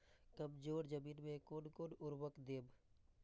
कमजोर जमीन में कोन कोन उर्वरक देब?